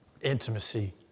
intimacy